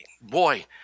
boy